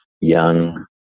young